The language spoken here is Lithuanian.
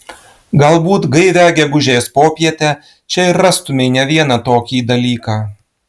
galbūt gaivią gegužės popietę čia ir rastumei ne vieną tokį dalyką